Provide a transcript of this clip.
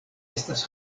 estas